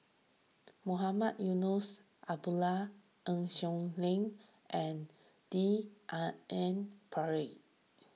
Mohamed Eunos Abdullah Eng Siak and D R N Pritt